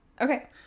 okay